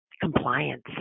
compliance